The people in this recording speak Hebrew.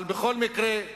אבל בכל מקרה,